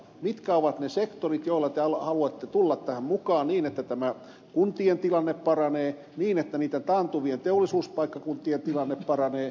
mitkä ovat ne sektorit joilla te haluatte tulla tähän mukaan niin että tämä kuntien tilanne paranee niin että niitten taantuvien teollisuuspaikkakuntien tilanne paranee